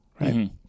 right